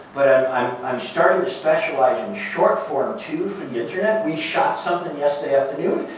i'm i'm started to specialize in short form, too, for the internet. we shot something yesterday afternoon.